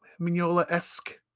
Mignola-esque